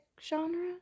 genre